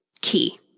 key